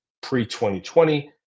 pre-2020